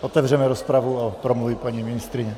Otevřeme rozpravu a promluví paní ministryně.